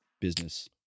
Business